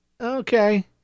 Okay